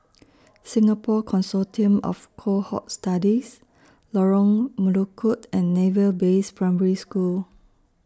Singapore Consortium of Cohort Studies Lorong Melukut and Naval Base Primary School